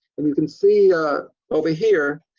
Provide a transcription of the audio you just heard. and you can see over here